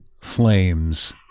flames